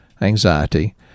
anxiety